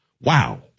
wow